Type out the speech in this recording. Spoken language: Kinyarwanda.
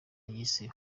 yise